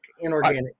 inorganic